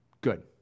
good